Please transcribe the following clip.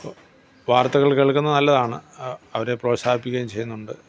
വാർത്തകൾ കേൾക്കുന്നത് നല്ലതാണ് അവരെ പ്രോത്സാഹിപ്പിക്കുകയും ചെയ്യുന്നുണ്ട്